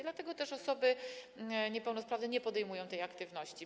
Dlatego też osoby niepełnosprawne nie podejmują tej aktywności.